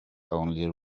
only